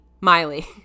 miley